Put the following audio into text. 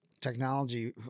technology